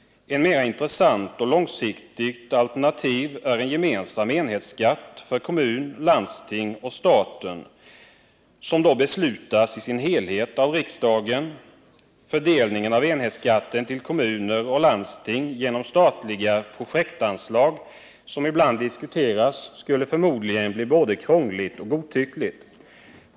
Ett mer intressant och långsiktigt alternativ är en gemensam enhetsskatt för kommun, landsting och stat, som beslutas i sin helhet av riksdagen. Fördelning av enhetsskatten till kommuner och landsting genom statliga projektanslag, som ibland diskuteras, skulle förmodligen bli ett system som fungerade både krångligt och godtyckligt.